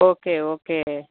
okay okay